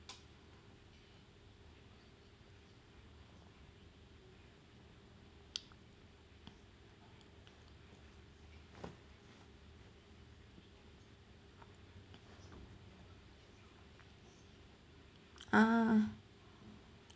ah